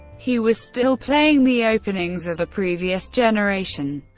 he was still playing the openings of a previous generation.